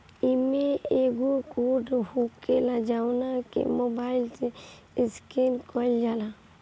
इमें एगो कोड होखेला जवना के मोबाईल से स्केन कईल जाला